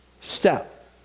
step